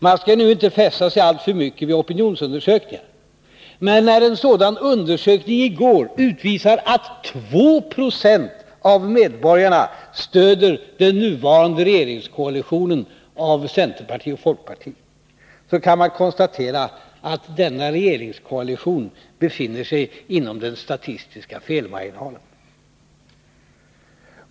Man skall inte fästa sig alltför mycket vid opinionsundersökningar, men när en sådan undersökning i går utvisade att 296 av medborgarna stödjer den nuvarande regeringskoalitionen av centerparti och folkparti, kan man konstatera att denna regeringskoalition befinner sig inom den statistiska felmarginalen.